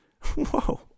whoa